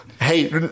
Hey